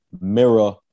mirror